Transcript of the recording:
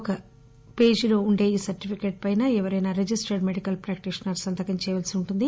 ఒక పేజీ సర్టిఫికెట్ పైన ఎవరైనా రిజిస్టర్డ్ మెడికల్ ప్రాక్టిషనర్ సంతకం చేయవలసి ఉంటుంది